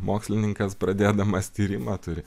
mokslininkas pradėdamas tyrimą turi